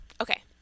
Okay